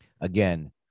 again